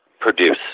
produce